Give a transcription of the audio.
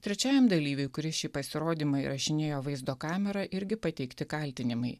trečiajam dalyviui kuris šį pasirodymą įrašinėjo vaizdo kamera irgi pateikti kaltinimai